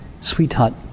sweetheart